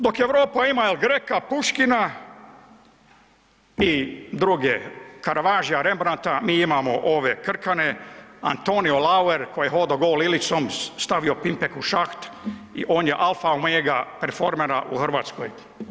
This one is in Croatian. Dok Europa ima Greka, Puškina i druge Karavaža, Rebrandta, mi imamo ove krkane Antonio Lauer koji je hodo gol Ilicom, stavio pimpek u šaht i on je alfa i omega performera u RH.